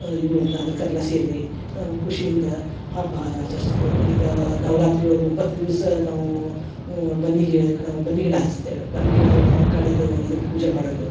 ಇವು ನಾಗರಿಕರೆಲ್ಲ ಸೇರಿ ನಾವು ಖುಷಿಯಿಂದ ಹಬ್ಬ ಆಚರ್ಸುದು ಈಗ ನವರಾತ್ರಿ ಒಳ್ಗು ಒಂಬತ್ತು ದಿವಸ ನಾವು ಬನ್ನಿ ಗಿ ನಾವು ಬನ್ನಿ ಗಿಡ ಹಚ್ಸಿದ್ದೇವೆ ಬನ್ನಿ ವ ಮಾಕಾಳಿದು ಇದನ್ನ ಪೂಜೆ ಮಾಡೋದು